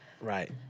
right